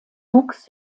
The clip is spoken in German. wuchs